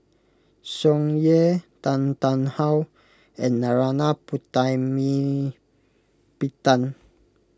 Tsung Yeh Tan Tarn How and Narana Putumaippittan